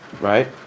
right